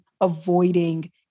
avoiding